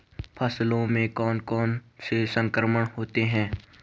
फसलों में कौन कौन से संक्रमण होते हैं?